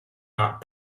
not